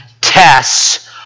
tests